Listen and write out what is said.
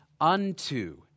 unto